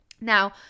Now